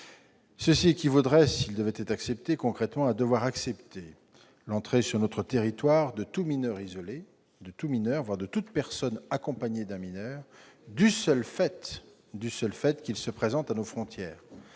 équivaudrait concrètement à devoir accepter l'entrée sur notre territoire de tout mineur isolé, de tout mineur, voire de toute personne accompagnée d'un mineur, du seul fait qu'ils se présentent à nos frontières.